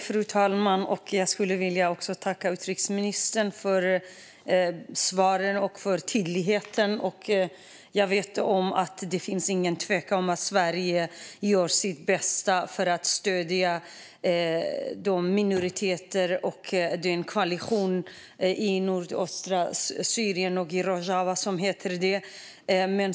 Fru talman! Jag skulle vilja tacka utrikesministern för svaren och för tydligheten. Jag vet att det inte råder någon tvekan om att Sverige gör sitt bästa för att stödja minoriteterna och koalitionen i nordöstra Syrien och Rojava, som det heter.